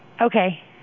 Okay